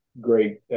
great